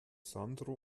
sandro